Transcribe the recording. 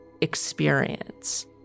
experience